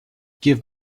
give